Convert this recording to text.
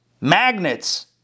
magnets